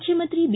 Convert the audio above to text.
ಮುಖ್ಯಮಂತ್ರಿ ಬಿ